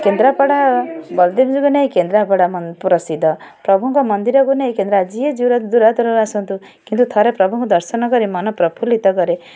କେନ୍ଦ୍ରାପଡ଼ା ବଳଦେବ ନେଇ କେନ୍ଦ୍ରାପଡ଼ା ପ୍ରସିଦ୍ଧ ପ୍ରଭୁଙ୍କ ମନ୍ଦିରକୁ ନେଇ ଯିଏ ଦୂରଦୂରାନ୍ତରୁ ଆସନ୍ତୁ କିନ୍ତୁ ଥରେ ପ୍ରଭୁଙ୍କୁ ଦର୍ଶନ କରି ମନ ପ୍ରଫୁଲ୍ଲିତ କରେ